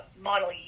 model